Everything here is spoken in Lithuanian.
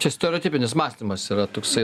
čia stereotipinis mąstymas yra toksai